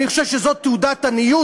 אני חושב שזאת תעודת עניות